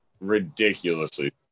Ridiculously